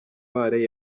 kabale